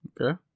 Okay